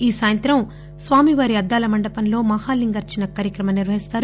ఈసాయంత్రం స్వామివారి అద్దాల మండపంలో మహా లింగార్సన కార్యక్రమం నిర్వహిస్తారు